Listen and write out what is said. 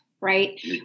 Right